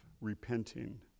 repenting